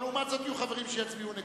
אבל לעומת זאת יהיו חברים שיצביעו נגדו,